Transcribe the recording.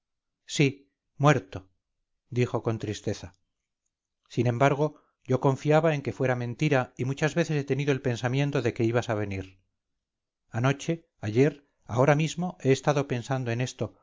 sí muerto dijo con tristeza sin embargo yo confiaba en que fuera mentira y muchas veces he tenido el pensamiento de que ibas a venir anoche ayer ahora mismo he estado pensando en esto